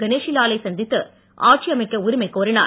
கணேஷி லாலை சந்தித்து ஆட்சி அமைக்க உரிமை கோரினார்